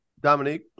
Dominique